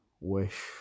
wish